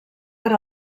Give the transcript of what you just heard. per